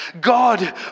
God